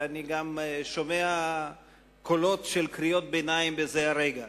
ואני גם שומע קריאות ביניים בזה הרגע,